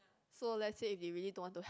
so let's say if they really don't want to